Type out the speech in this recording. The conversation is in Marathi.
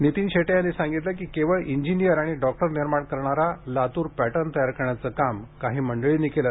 नितीन शेटे यांनी सांगितले की केवळ इंजिनिअर आणि डॉक्टर निर्माण करणारा लातूर पॅटर्न तयार करण्याचे काम काही मंडळींनी केले